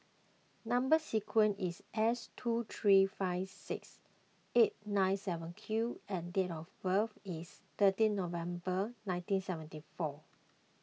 Number Sequence is S two three five six eight nine seven Q and date of birth is thirteen November nineteen seventy four